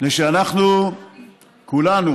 מפני שאנחנו כולנו,